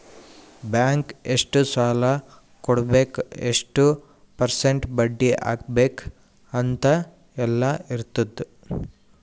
bank ಎಷ್ಟ ಸಾಲಾ ಕೊಡ್ಬೇಕ್ ಎಷ್ಟ ಪರ್ಸೆಂಟ್ ಬಡ್ಡಿ ಹಾಕ್ಬೇಕ್ ಅಂತ್ ಎಲ್ಲಾ ಇರ್ತುದ್